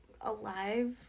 alive